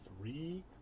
Three